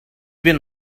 been